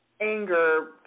anger